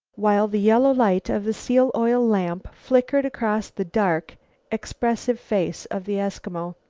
while the yellow light of the seal-oil lamp flickered across the dark expressive face of the eskimo.